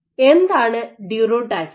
എന്താണ് ഡ്യൂറോടാക്സിസ്